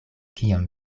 kiom